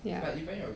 ya